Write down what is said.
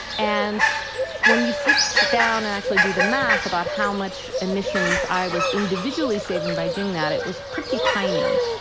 and when you sit sit down and actually do the math about how much emissions i was individually saving by doing that, it was pretty tiny.